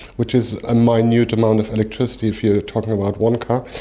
which is a minute amount of electricity if you're talking about one car.